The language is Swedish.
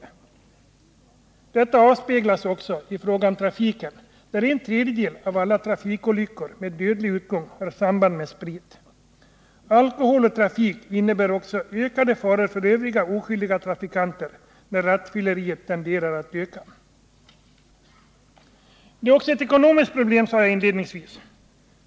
Problemen avspeglas också i trafiken, där en tredjedel av alla trafikolyckor med dödlig utgång har samband med spritkonsumtion. Alkohol och trafik innebär också ökade faror för övriga, oskyldiga trafikanter, när rattfylleriet tenderar att öka. Det här är också ett ekonomiskt problem, som jag sade inledningsvis.